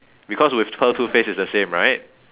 because with pearl toothpaste it's the same right